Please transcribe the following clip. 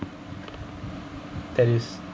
that is